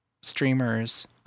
streamers